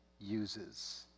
uses